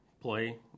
play